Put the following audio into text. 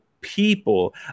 people